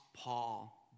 Paul